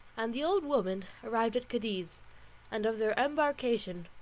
and the old woman arrived at cadiz and of their embarkation.